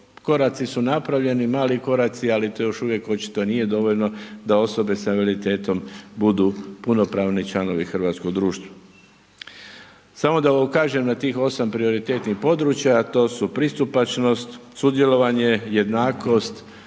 Koraci su napravljeni, mali koraci ali to još uvijek nije dovoljno da osobe sa invaliditetom budu punopravni članovi hrvatskog društva. Samo da ukažem na tih 8 prioritetnih područja a to su pristupačnost, sudjelovanje, jednakost,